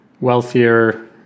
wealthier